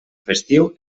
festiu